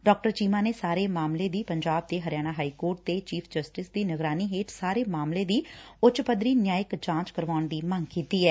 ਡਾ ਚੀਮਾ ਨੇ ਸਾਰੇ ਮਾਮਲੇ ਦੀ ਪੰਜਾਬ ਤੇ ਹਰਿਆਣਾ ਹਾਈ ਦੇ ਚੀਫ਼ ਜਸਟਿਸ ਦੀ ਨਿਗਰਾਨੀ ਹੇਠ ਸਾਰੇ ਮਾਮਲੇ ਦੀ ਉੱਚ ਪੱਧਰੀ ਨਿਆਂਇਕ ਜਾਂਚ ਕਰਾਉਣ ਦੀ ਮੰਗ ਕੀਤੀ ਐ